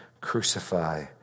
Crucify